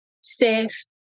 safe